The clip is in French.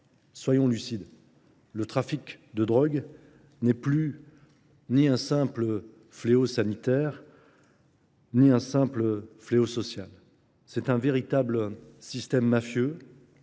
soyons lucides, le trafic de drogue n'est plus ni un simple fléau sanitaire ni un simple fléau social. C'est un véritable système mafieux,